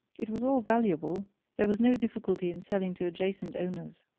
it was all valuable there was no difficulty in selling to adjacent owners.